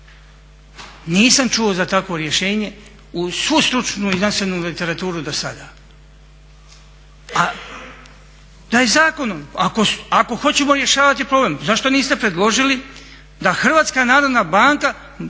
Nisam čuo za takvo rješenje uz svu stručnu i znanstvenu literaturu do sada, a da je zakonom, ako hoćemo rješavati problem zašto niste predložili da Hrvatska narodna banka